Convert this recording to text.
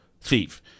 thief